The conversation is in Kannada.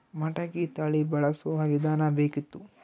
ಮಟಕಿ ತಳಿ ಬಳಸುವ ವಿಧಾನ ಬೇಕಿತ್ತು?